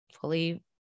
fully